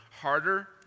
harder